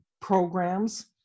programs